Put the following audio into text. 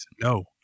No